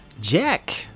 jack